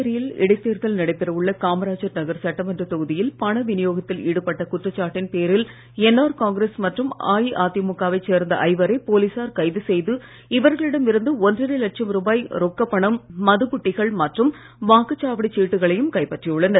புதுச்சேரியில் இடைத் தேர்தல் நடைபெற உள்ள காமராஜ் நகர் சட்டமன்ற தொகுதியில் பண விநியோகத்தில் ஈடுபட்ட குற்றச்சாட்டின் பேரில் என்ஆர் காங்கிரஸ் மற்றும் அஇஅதிமுக வைச் சேர்ந்த ஐவரை போலீசார் கைது செய்து இவர்களிடம் இருந்து ஒன்றரை லட்சம் ரூபாய் ரொக்கப்பணம் மதுப்புட்டிகள் மற்றும் வாக்குச்சாவடி சீட்டுகளையும் கைப்பற்றியுள்ளனர்